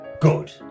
Good